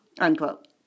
Unquote